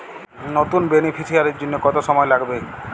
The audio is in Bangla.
নতুন বেনিফিসিয়ারি জন্য কত সময় লাগবে?